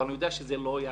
אבל, אני יודע שזה לא ייעשה.